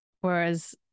whereas